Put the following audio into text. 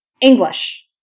English